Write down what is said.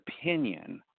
opinion